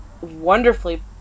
wonderfully